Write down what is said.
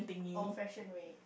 old fashioned way